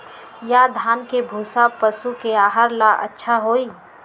या धान के भूसा पशु के आहार ला अच्छा होई?